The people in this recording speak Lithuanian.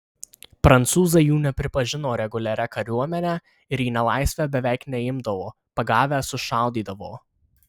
prancūzai jų nepripažino reguliaria kariuomene ir į nelaisvę beveik neimdavo pagavę sušaudydavo